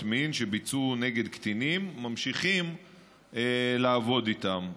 מין שביצעו נגד קטינים ממשיכים לעבוד איתם.